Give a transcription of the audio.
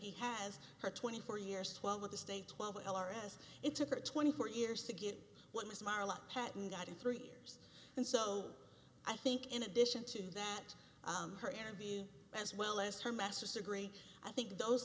he has had twenty four years twelve with the state twelve l r s it took her twenty four years to get what was marla patton got three years and so i think in addition to that her interview as well as her master's degree i think those